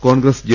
Congress J